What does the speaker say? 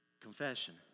Confession